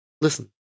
listen